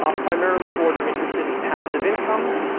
ah primarily, or they're interested in passive income,